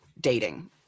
dating